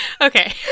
Okay